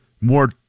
more